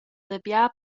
dabia